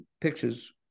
pictures